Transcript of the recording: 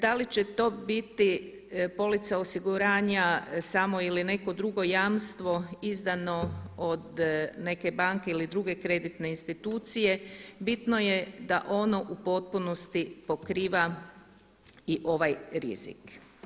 Da li će to biti polica osiguranja samo ili neko drugo jamstvo izdano od neke banke ili druge kreditne institucije, bitno je da ono u potpunosti pokriva i ovaj rizik.